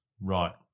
Right